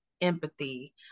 empathy